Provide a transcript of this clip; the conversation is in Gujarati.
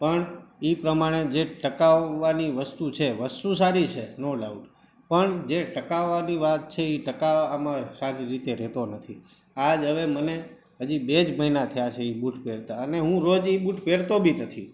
પણ એ પ્રમાણે જે ટકાવવાની વસ્તુ છે વસ્તુ સારી છે નો ડાઉટ પણ જે ટકાવવાની વાત છે એ ટકાવવામાં સારી રીતે રહેતો નથી આજે હવે મને હજી બે જ મહિના થયા છે એ બૂટ પહેરતાં અને હું એ બૂટ રોજ પહેરતો બી નથી